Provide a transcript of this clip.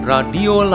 Radio